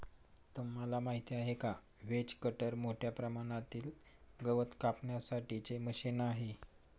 तुम्हाला माहिती आहे का? व्हेज कटर मोठ्या प्रमाणातील गवत कापण्यासाठी चे मशीन आहे